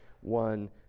one